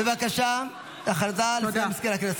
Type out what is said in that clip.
בבקשה, הודעה לסגנית מזכיר הכנסת.